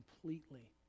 completely